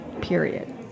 period